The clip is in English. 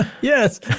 Yes